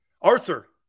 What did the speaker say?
Arthur